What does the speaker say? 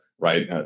right